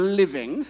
living